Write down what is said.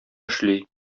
эшли